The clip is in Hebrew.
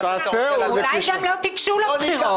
אולי גם לא תיגשו לבחירות.